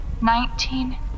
nineteen